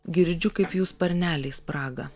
girdžiu kaip jų sparneliai spraga